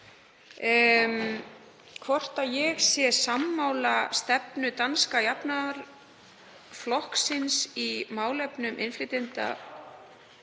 hvort ég sé sammála stefnu danska jafnaðarmannaflokksins í málefnum innflytjenda